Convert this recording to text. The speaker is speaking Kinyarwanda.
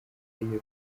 iyo